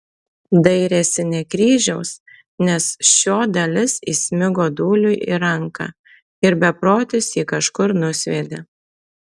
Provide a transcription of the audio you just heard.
dairėsi ne kryžiaus nes šio dalis įsmigo dūliui į ranką ir beprotis jį kažkur nusviedė